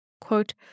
Quote